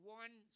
one